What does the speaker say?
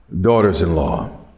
daughters-in-law